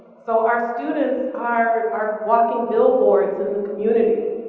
so our students are our walking billboards of the community.